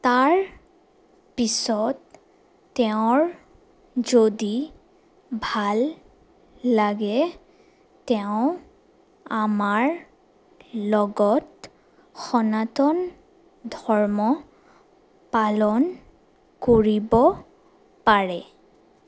তাৰ পিছত তেওঁৰ যদি ভাল লাগে তেওঁ আমাৰ লগত সনাতন ধৰ্ম পালন কৰিব পাৰে